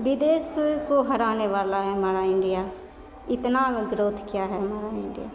बिदेश को हरानेबाला है हमारा इंडिया इतना ग्रोथ किआ है हमारा इण्डिया